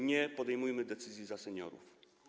Nie podejmujmy decyzji za seniorów.